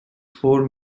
four